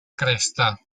cresta